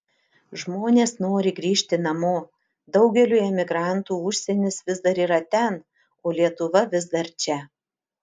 žmonės nori grįžti namo daugeliui emigrantų užsienis vis dar yra ten o lietuva vis dar čia